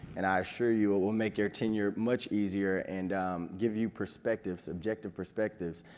and i assure you, it will make your tenure much easier and give you perspective, subjective perspectives,